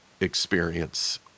experience